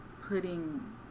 putting